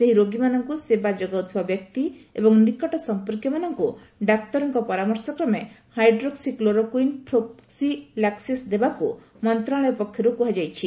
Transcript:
ସେହି ରୋଗୀମାନଙ୍କ ସେବା ଯୋଗାଉଥିବା ବ୍ୟକ୍ତି ଏବଂ ନିକଟ ସମ୍ପର୍କୀୟମାନଙ୍କୁ ଡାକ୍ତରଙ୍କ ପରାମର୍ଶ କ୍ରମେ ହାଇଡ୍ରୋକ୍ସି କ୍ଲୋରୋକୁଇନ୍ ପ୍ରୋଫିଲାକ୍ୱିସ୍ ଦେବାକୁ ମନ୍ତ୍ରଣାଳୟ ପକ୍ଷରୁ କୁହାଯାଇଛି